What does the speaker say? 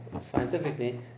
scientifically